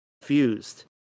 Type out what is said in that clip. confused